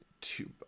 two –